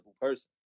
person